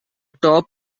top